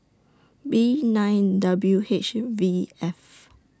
B nine W H V F